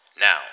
Now